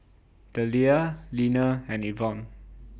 Deliah Leaner and Ivonne